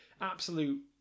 Absolute